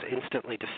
instantly